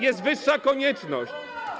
Jest wyższa konieczność.